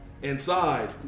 Inside